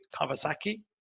kawasaki